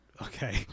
Okay